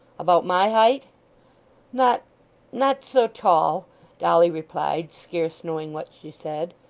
about my height not not so tall dolly replied, scarce knowing what she said.